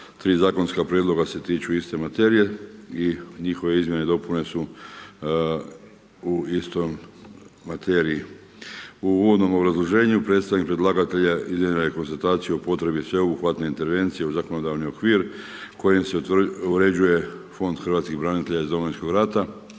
tri zakonska prijedloga se tiču iste materije i njihove izmjene i dopune su u istoj materiji. U uvodnom obrazloženju predstavnik predlagatelja iznio je konstataciju o potrebi sveobuhvatne intervencije u zakonodavni okvir kojom se uređuje Fond hrvatskih branitelja iz Domovinskog rata